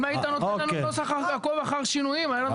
אם היית נותן לנו את נוסח עקוב אחר שינויים היה לנו יותר קל.